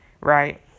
right